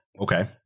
Okay